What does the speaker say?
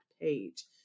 page